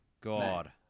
God